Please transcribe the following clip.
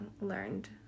learned